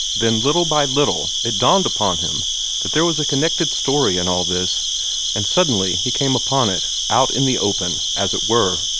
then, little by little, it dawned upon him that there was a connected story in all this and suddenly he came upon it, out in the open, as it were.